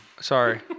sorry